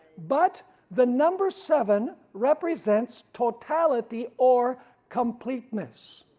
but the number seven represents totality or completeness.